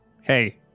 Hey